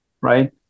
right